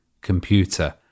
computer